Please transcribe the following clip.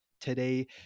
today